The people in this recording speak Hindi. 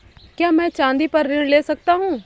क्या मैं चाँदी पर ऋण ले सकता हूँ?